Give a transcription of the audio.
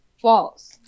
false